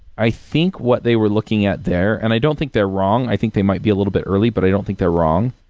i think what they were looking at there and i don't think they're wrong. i think they might be a little bit early, but i don't think they're wrong,